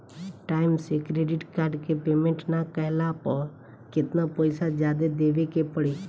Time से credit card के payment ना कैला पर केतना पईसा जादे देवे के पड़ी?